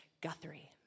Guthrie